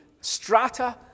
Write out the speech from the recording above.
strata